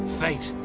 fate